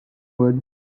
wood